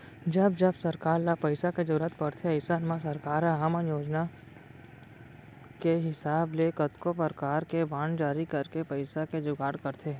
जब जब सरकार ल पइसा के जरूरत परथे अइसन म सरकार ह अपन योजना के हिसाब ले कतको परकार के बांड जारी करके पइसा के जुगाड़ करथे